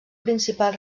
principal